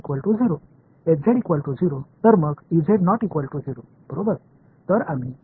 எனவே இது ஆல் வகைப்படுத்தப்படுகிறது மற்றும் வேறு என்ன